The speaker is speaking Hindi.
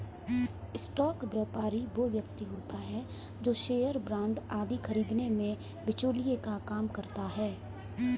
स्टॉक व्यापारी वो व्यक्ति होता है जो शेयर बांड आदि खरीदने में बिचौलिए का काम करता है